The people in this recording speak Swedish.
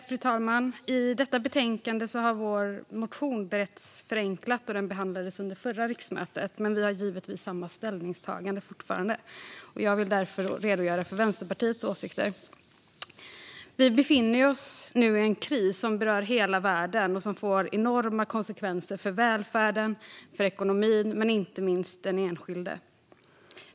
Fru talman! I detta betänkande har vår motion beretts förenklat - den behandlades under förra riksmötet. Men vi gör givetvis fortfarande samma ställningstagande, och jag vill därför redogöra för Vänsterpartiets åsikter. Vi befinner oss nu i en kris som berör hela världen och som får enorma konsekvenser för välfärden, ekonomin och inte minst den enskilde.